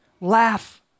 Laugh